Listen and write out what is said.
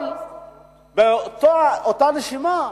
אבל באותה נשימה,